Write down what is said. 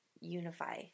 unify